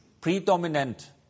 predominant